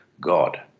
God